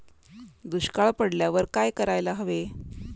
दुष्काळ पडल्यावर काय करायला हवे?